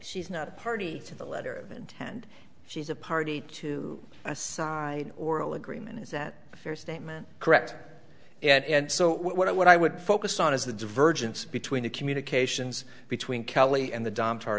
she's not a party to the letter and she's a party to a side oral agreement is that a fair statement correct yet and so what i what i would focus on is the divergence between the communications between kelly and the